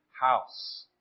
House